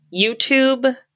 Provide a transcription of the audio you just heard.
YouTube